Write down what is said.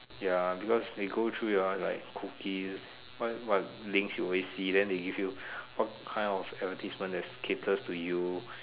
ya because they go through you're like cookie why what links you always see then they give you what kind of advertisement that is caters to you